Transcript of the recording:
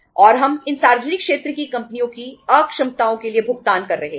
और हम इन सार्वजनिक क्षेत्र की कंपनियों की अक्षमताओं के लिए भुगतान कर रहे हैं